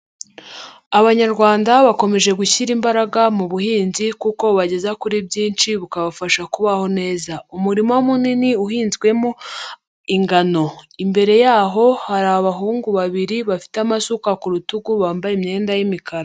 Abanyarwanda bakomeje gushyira imbaraga mu buhinzi kuko bubageza kuri byinshi, bukabafasha kubaho neza. Umurima munini uhinzwemo ingano. Imbere yaho hari abahungu babiri, bafite amasuka ku rutugu, bambaye imyenda y'imikara